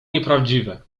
nieprawdziwe